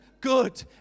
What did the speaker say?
good